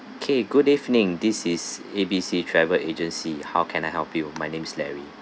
K good evening this is A B C travel agency how can I help you my name is larry